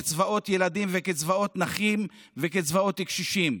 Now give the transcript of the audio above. קצבאות ילדים וקצבאות נכים וקצבאות קשישים.